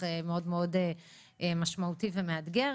בוודאי לא פשוט וזה בוודאי מאוד משמעותי ומאתגר.